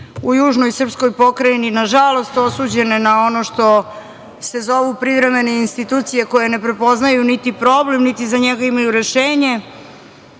u južnoj srpskoj pokrajini, nažalost, osuđeni na ono što se zovu privremene institucije, koje ne prepoznaju niti problem, niti za njega imaju rešenje,